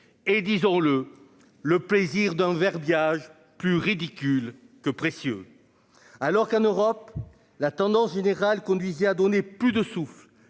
et disons-le le plaisir d'un verbiage plus ridicule que précieux. Alors qu'en Europe la tendance générale conduisait à donner plus de souffle,